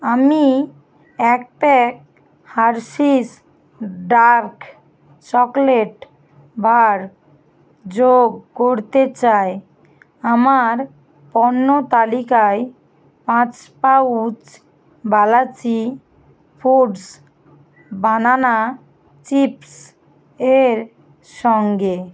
আমি এক pack Hershey's dark chocolate bar যোগ করতে চাই আমার পণ্য তালিকায় পাঁচ pouch Balaji foods banana chips এর সঙ্গে